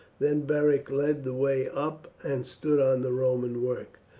then beric led the way up and stood on the roman work.